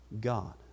God